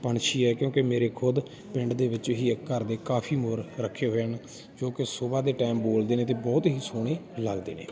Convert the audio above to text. ਪੰਛੀ ਹੈ ਕਿਉਂਕਿ ਮੇਰੇ ਖੁਦ ਪਿੰਡ ਦੇ ਵਿੱਚ ਹੀ ਇੱਕ ਘਰ ਦੇ ਕਾਫੀ ਮੋਰ ਰੱਖੇ ਹੋਏ ਹਨ ਜੋ ਕਿ ਸੁਬਹਾ ਦੇ ਟਾਈਮ ਬੋਲਦੇ ਨੇ ਅਤੇ ਬਹੁਤ ਹੀ ਸੋਹਣੇ ਲੱਗਦੇ ਨੇ